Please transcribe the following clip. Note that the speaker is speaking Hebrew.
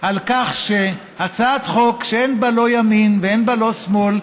על כך שהצעת חוק שאין בה לא ימין ולא שמאל,